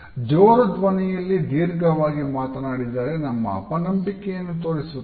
ಜೋರು ಧ್ವನಿಯಲ್ಲಿ ಧೀರ್ಘವಾಗಿ ಮಾತನಾಡಿದರೆ ನಮ್ಮ ಅಪನಂಬಿಕೆಯನ್ನು ತೋರಿಸುತ್ತದೆ